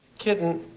kitten,